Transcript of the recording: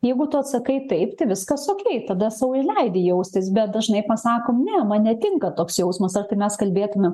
jeigu tu atsakai taip tai viskas okėj tada sau ir leidi jaustis bet dažnai pasako ne man netinka toks jausmas ar tai mes kalbėtumėm